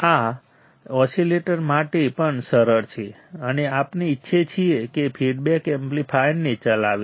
આ ઓસિલેટર માટે પણ સરળ છે અને આપણે ઇચ્છીએ છીએ કે ફીડબેક એમ્પ્લીફાયરને ચલાવે